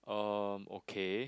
um okay